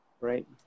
right